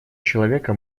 человека